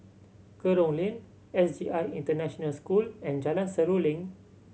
Kerong Lane S J I International School and Jalan Seruling